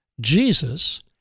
Jesus